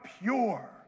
pure